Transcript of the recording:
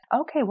Okay